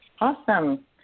Awesome